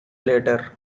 later